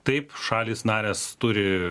taip šalys narės turi